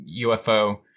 UFO